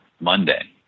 Monday